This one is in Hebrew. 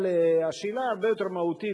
אבל שאלה הרבה יותר מהותית,